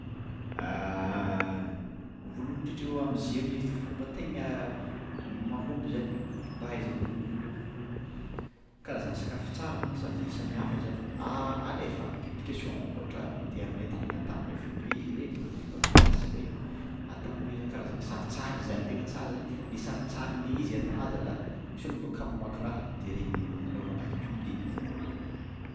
Vôloagny indrindra lo amizay le fomba tegna mahomby mba ahaizan'ôlogno karazana sakafo tsara sady samihafa zany alefa publication ôhatra internet ata amin'ny fb e regny bôka be mpampiasa regny atao amreny karazana sary tsara zany tegna tsara zany le saritsarinle izy ata zala misy ôlô mbô kamo mamaky raha de regny anavaogna azy publiegny.